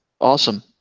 Awesome